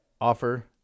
Offer